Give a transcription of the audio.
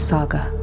Saga